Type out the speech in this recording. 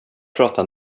prata